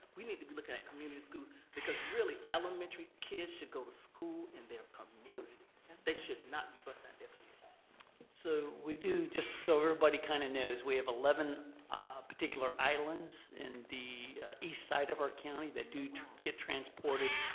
we need to be looking at community schools because really elementary kids should go to school in their communities. they should not be bused out. so we do, just so everybody kind of knows, we have eleven particular islands in the east side of our county that do get transported